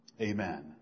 Amen